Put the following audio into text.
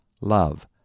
love